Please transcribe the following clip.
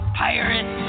pirate